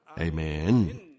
Amen